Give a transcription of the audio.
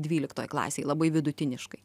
dvyliktoj klasėj labai vidutiniškai